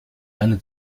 eine